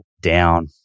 down